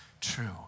true